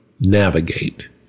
navigate